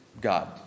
God